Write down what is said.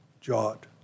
jot